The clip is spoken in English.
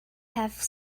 have